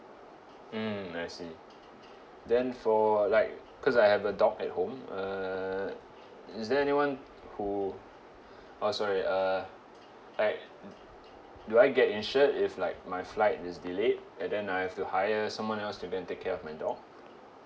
mm I see then for like cause I have a dog at home uh is there anyone who oh sorry uh like do I get insured if like my flight is delayed and then I have to hire someone else to go and take care of my dog